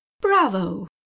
Bravo